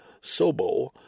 Sobo